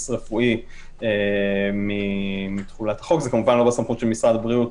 רפואי מתחולת החוק זה כמובן לא בסמכות של משרד הבריאות,